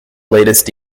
latest